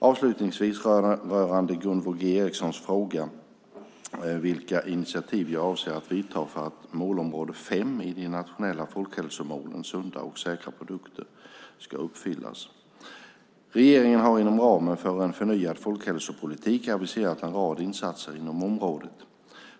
Avslutningsvis rörande Gunvor G Ericsons fråga vilka initiativ jag avser att ta för att målområde 5 i de nationella folkhälsomålen, sunda och säkra produkter, ska uppfyllas vill jag nämna att regeringen inom ramen för en förnyad folkhälsopolitik har aviserat en rad insatser inom området.